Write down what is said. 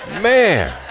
man